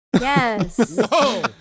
Yes